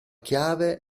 chiave